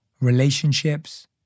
relationships